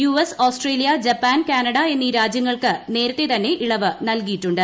U S Australia Japan Canada എന്നീ രാജ്യങ്ങൾക്ക് നേരത്തെ തന്നെ ഇളവ് നൽകിയിട്ടുണ്ട്